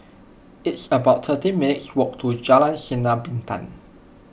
it's about thirty minutes' walk to Jalan Sinar Bintang